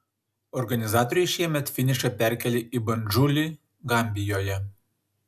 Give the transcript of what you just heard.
organizatoriai šiemet finišą perkėlė į bandžulį gambijoje